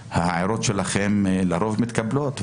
הנושא וההערות שלכם לרוב מתקבלות.